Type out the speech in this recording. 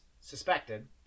suspected